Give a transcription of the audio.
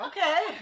Okay